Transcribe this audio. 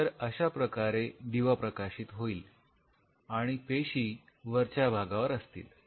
तर अशाप्रकारे दिवा प्रकाशित होईल आणि पेशी वरच्या भागावर असतील